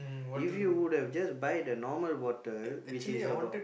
if you would have just buy the normal bottle which is about